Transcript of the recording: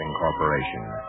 Corporation